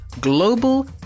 global